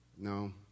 No